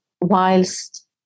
whilst